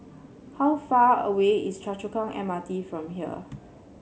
how far away is Choa Chu Kang M R T from here